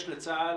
יש לצה"ל